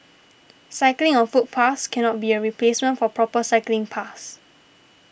cycling on footpaths cannot be a replacement for proper cycling paths